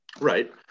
Right